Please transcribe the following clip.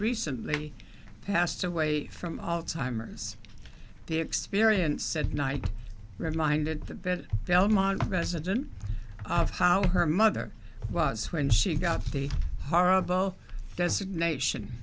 recently passed away from timers the experience said night reminded that belmont resident of how her mother was when she got the horrible designation